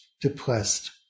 depressed